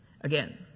Again